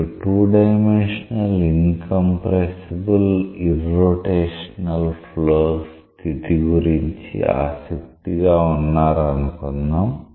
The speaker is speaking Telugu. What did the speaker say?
మీరు 2 dimensional incompressible irrotational flow స్థితి గురించి ఆసక్తిగా ఉన్నారు అనుకుందాం